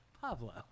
Pablo